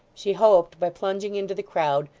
she hoped, by plunging into the crowd,